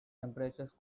temperatures